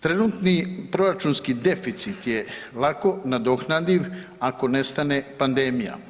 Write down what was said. Trenutni proračunski deficit je lako nadoknadiv ako nestane pandemija.